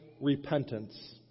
repentance